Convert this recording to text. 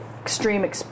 extreme